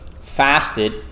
fasted